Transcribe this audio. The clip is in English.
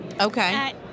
Okay